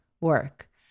work